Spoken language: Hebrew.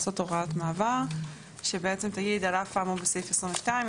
לעשות הוראת מעבר שתקבע: על אף האמור בסעיף 22,